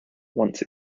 once